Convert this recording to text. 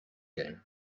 game